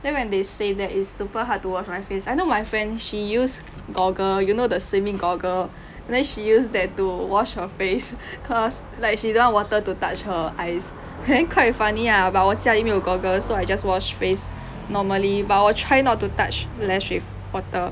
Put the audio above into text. then when they say that it's super hard to wash my face I know my friend she use goggle you know the swimming goggles and then she used that to wash her face cause like she don't want water to touch her eyes then quite funny ah but 我家里没有 goggles so I just watch face normally but 我 try not to touch lash with water